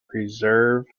preserve